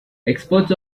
experts